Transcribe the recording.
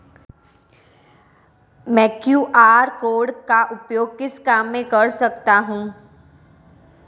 मैं QR code का उपयोग किस काम में कर सकता हूं?